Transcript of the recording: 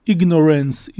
Ignorance